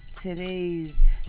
Today's